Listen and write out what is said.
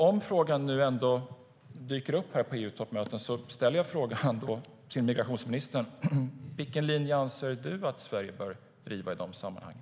Om frågan trots allt dyker upp på EU-toppmötet vill jag fråga migrationsministern: Vilken linje anser migrationsministern att Sverige bör driva i de sammanhangen?